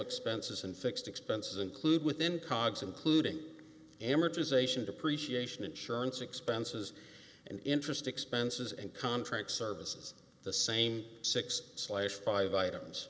expenses and fixed expenses include within coggs including amortization depreciation insurance expenses and interest expenses and contract services the same six slash five items